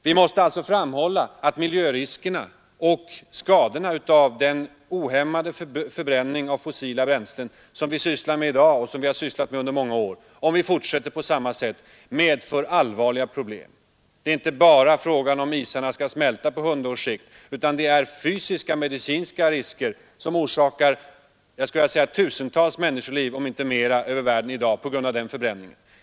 Vi måste framhålla att miljöriskerna och skadeverkningarna vid den ohämmade förbränningen av de fossila bränslen som vi använder i dag och har använt under många år medför allvarliga problem, om vi fortsätter på samma sätt. Det gäller inte bara frågan, om isarna skall smälta på hundra års sikt, utan det gäller också fysiska och medicinska risker. Denna förbränning tar i dag tusentals människoliv om inte mer över hela världen.